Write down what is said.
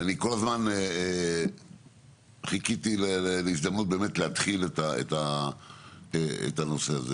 אני כל הזמן חיכיתי להזדמנות להתחיל בנושא הזה.